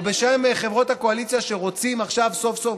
או בשם חברות הקואליציה שרוצות עכשיו סוף-סוף